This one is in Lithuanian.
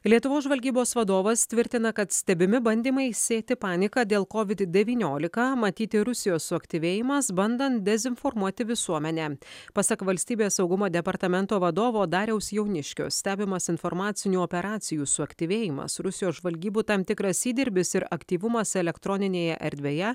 lietuvos žvalgybos vadovas tvirtina kad stebimi bandymai sėti paniką dėl covid devyniolika matyti rusijos suaktyvėjimas bandant dezinformuoti visuomenę pasak valstybės saugumo departamento vadovo dariaus jauniškio stebimas informacinių operacijų suaktyvėjimas rusijos žvalgybų tam tikras įdirbis ir aktyvumas elektroninėje erdvėje